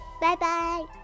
Bye-bye